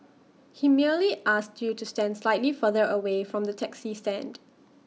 he merely asked you to stand slightly further away from the taxi stand